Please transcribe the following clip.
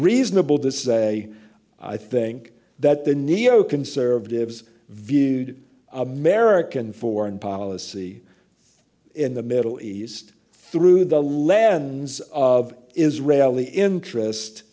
reasonable to say i think that the neoconservatives viewed american foreign policy in the middle east through the lens of israeli interest